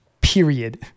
Period